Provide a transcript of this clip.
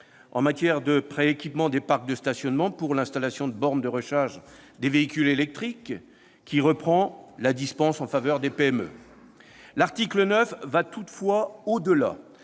en matière de pré-équipement des parcs de stationnement pour l'installation de bornes de recharge des véhicules électriques, qui reprend la dispense en faveur des PME. L'article 9 va toutefois au-delà